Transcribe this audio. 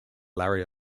larry